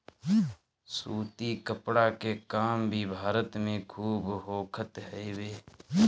सूती कपड़ा के काम भी भारत में खूब होखत हवे